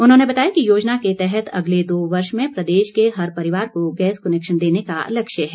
उन्होंने बताया कि योजना के तहत अगले दो वर्ष में प्रदेश के हर परिवार को गैस कनैक्शन देने का लक्ष्य है